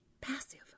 passive